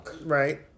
Right